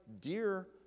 dear